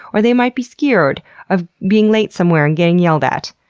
or they might be scared of being late somewhere and getting yelled at.